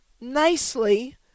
nicely